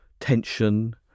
tension